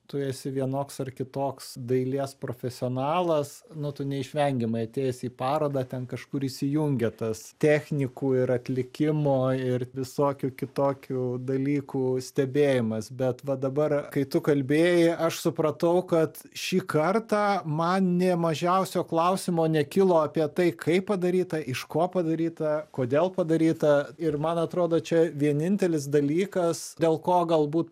tu esi vienoks ar kitoks dailės profesionalas nu tu neišvengiamai atėjęs į parodą ten kažkur įsijungia tas technikų ir atlikimo ir visokių kitokių dalykų stebėjimas bet va dabar kai tu kalbėjai aš supratau kad šį kartą man nė mažiausio klausimo nekilo apie tai kaip padaryta iš ko padaryta kodėl padaryta ir man atrodo čia vienintelis dalykas dėl ko galbūt